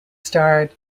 starred